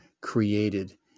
created